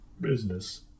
Business